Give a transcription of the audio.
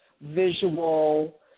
visual